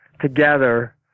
together